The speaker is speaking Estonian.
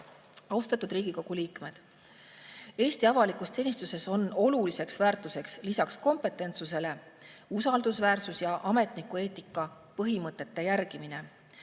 Austatud Riigikogu liikmed! Eesti avalikus teenistuses on olulisteks väärtusteks lisaks kompetentsusele usaldusväärsus ja ametnikueetika põhimõtete järgimine.